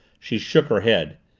she shook her head.